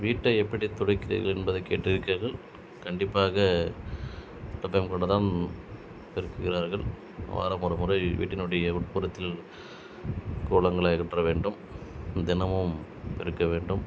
வீட்டை எப்படி துடைக்கிறது என்பதை கேட்டு இருக்கிறார்கள் கண்டிப்பாக துடைப்பம் கொண்டுதான் பெருக்கிறார்கள் வாரம் ஒருமுறை வீட்டினுடைய உட்புறத்தில் கோலங்களை அகற்ற வேண்டும் தினமும் பெருக்க வேண்டும்